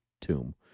Tomb